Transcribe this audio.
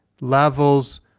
levels